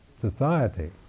society